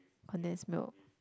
condensed milk